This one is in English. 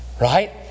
right